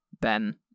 ben